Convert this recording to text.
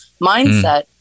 mindset